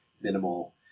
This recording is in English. minimal